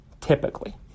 typically